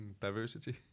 diversity